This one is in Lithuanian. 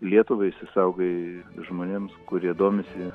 lietuvai išsisaugai žmonėms kurie domisi